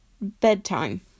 bedtime